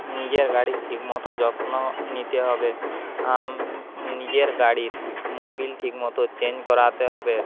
নিজের গাড়ির ঠিক মতো যত্ন নিতে হবে নিজের গাড়ির মোবিল ঠিক মতো চেঞ্জ করাতে হবে